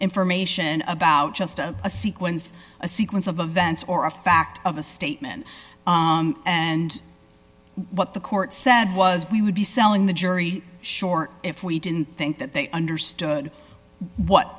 information about just a sequence a sequence of events or a fact of a statement and what the court said was we would be selling the jury short if we didn't think that they understood what